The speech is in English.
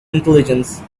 intelligence